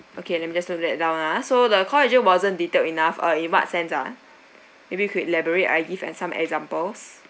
okay let me just note that down ah so the call agent wasn't detail enough uh in what sense ah maybe you could elaborate and give some examples